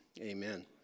amen